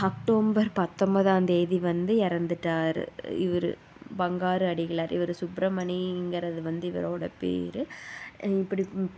October பத்தம்போதாம் தேதி வந்து இறந்துட்டாரு இவர் பங்காரு அடிகளார் இவர் சுப்புரமணிங்கிறது வந்து இவரோட பேர் இப்படி